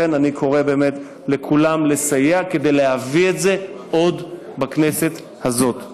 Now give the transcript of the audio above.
לכן אני קורא באמת לכולם לסייע להביא את זה עוד בכנסת הזאת.